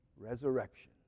resurrection